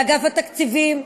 לאגף התקציבים,